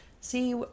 see